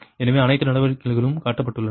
எனவே அனைத்து நடவடிக்கைகளும் காட்டப்பட்டுள்ளன